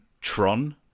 tron